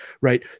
right